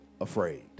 afraid